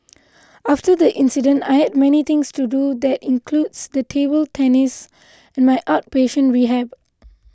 after the accident I have many things to do and that includes table tennis and my outpatient rehab